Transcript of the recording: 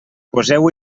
poseu